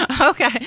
Okay